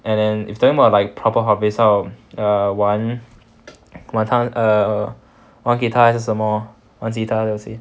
and then if talking about like proper hobbies 那种 err 玩玩弹玩 guitar 还是什么玩吉他这些